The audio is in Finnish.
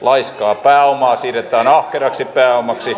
laiskaa pääomaa siirretään ahkeraksi pääomaksi